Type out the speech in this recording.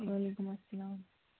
وعلیکم السلام